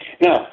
Now